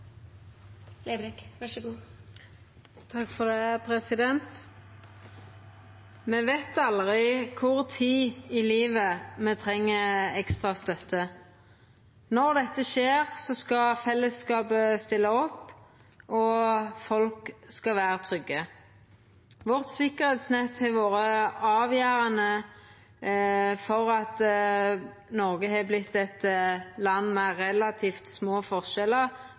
Me veit aldri når i livet me treng ekstra støtte. Når dette skjer, skal fellesskapet stilla opp, og folk skal vera trygge. Vårt sikkerheitsnett har vore avgjerande for at Noreg har vorte eit land med relativt små forskjellar